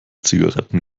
zigaretten